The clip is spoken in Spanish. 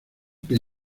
que